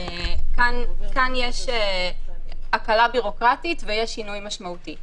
כאן יש הקלה בירוקרטית ויש שינוי משמעותי.